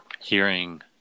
hearing